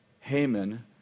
Haman